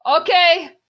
Okay